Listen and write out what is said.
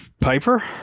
Piper